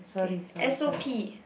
K S_O_P